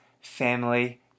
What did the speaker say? family